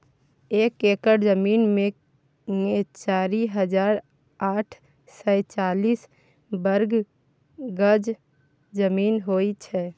एक एकड़ जमीन मे चारि हजार आठ सय चालीस वर्ग गज जमीन होइ छै